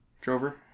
Drover